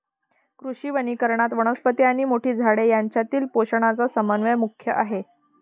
कृषी वनीकरणात, वनस्पती आणि मोठी झाडे यांच्यातील पोषणाचा समन्वय मुख्य आहे